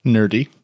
Nerdy